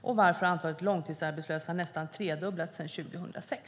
Varför har antalet långtidsarbetslösa nästan tredubblats sedan 2006?